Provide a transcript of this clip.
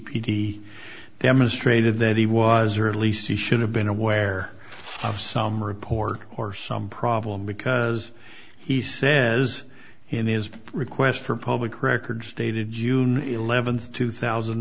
he demonstrated that he was or at least he should have been aware of some report or some problem because he says in his request for public records dated june eleventh two thousand